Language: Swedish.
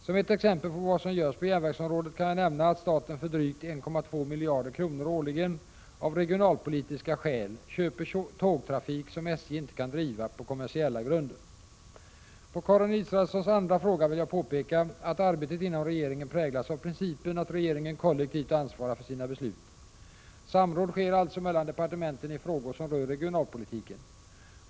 Som ett exempel på vad som görs på järnvägsområdet kan jag nämna att staten för drygt 1,2 miljarder kronor årligen, av regionalpolitiska skäl, köper tågtrafik som SJ inte kan driva på kommersiella grunder. Som svar på Karin Israelssons andra fråga vill jag påpeka att arbetet inom regeringen präglas av principen att regeringen kollektivt ansvarar för sina beslut. Samråd sker alltså mellan departementen i frågor som rör regionalpolitiken.